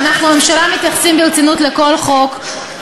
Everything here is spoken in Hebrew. אנחנו בממשלה מתייחסים ברצינות לכל חוק,